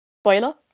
Spoiler